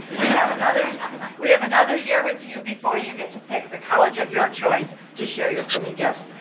we have another we have another year with you before you get to pick the college of your choice, to share your so many gifts.